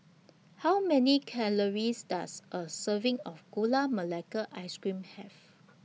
How Many Calories Does A Serving of Gula Melaka Ice Cream Have